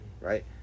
right